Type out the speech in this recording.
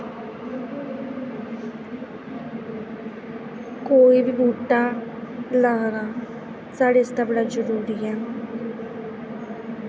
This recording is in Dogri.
कोई बी बूहटा लाना साढ़े आस्तै बड़ा जरूरी ऐ